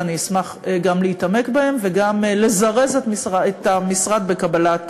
ואני אשמח גם להתעמק בהן וגם לזרז את המשרד בקבלה,